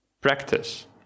practice